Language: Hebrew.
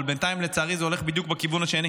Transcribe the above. אבל בינתיים לצערי זה הולך בדיוק בכיוון השני,